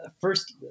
first